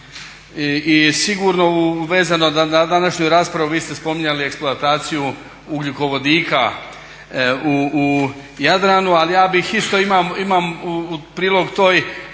I sigurno vezano na današnju raspravu vi ste spominjali eksploataciju ugljikovodika u Jadranu, ali ja bih isto imam prilog toj